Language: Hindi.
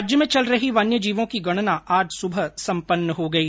राज्य में चल रही वन्यजीवों की गणना आज सुबह संपन्न हो गई